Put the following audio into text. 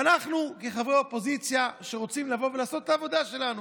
ואנחנו כחברי אופוזיציה רוצים לבוא ולעשות את העבודה שלנו,